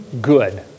good